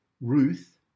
Ruth